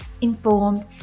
informed